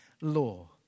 law